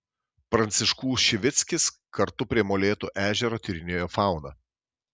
pranciškų šivickis kartu prie molėtų ežero tyrinėjo fauną